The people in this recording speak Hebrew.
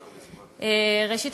ראשית,